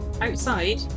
outside